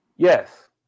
Yes